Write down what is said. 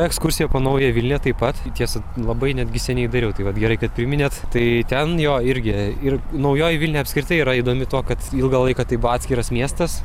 ekskursija po naująją vilnią taip pat tiesa labai netgi seniai dariau tai vat gerai kad priminėt tai ten jo irgi ir naujoji vilnia apskritai yra įdomi tuo kad ilgą laiką tai buvo atskiras miestas